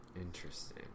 Interesting